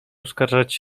uskarżać